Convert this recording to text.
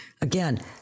Again